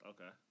Okay